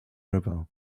river